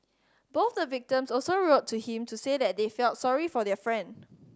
both the victims also wrote to him to say that they felt sorry for their friend